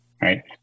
right